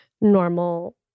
normal